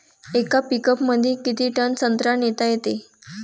येका पिकअपमंदी किती टन संत्रा नेता येते?